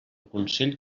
consell